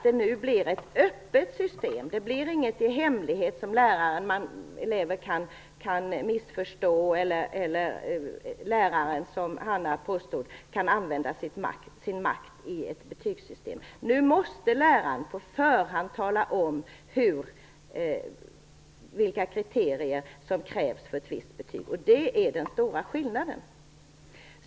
Det blir nu ett öppet system. Det blir inga hemligheter som elever kan missförstå, och lärarna kan inte använda sin makt i betygssystemet, vilket Hanna Zetterberg påstod sker. Nu måste läraren på förhand tala om vilka kriterier som finns för ett visst betyg. Det är den stora skillnaden.